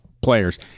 players